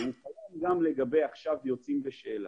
ועכשיו הוא גם לגבי יוצאים בשאלה.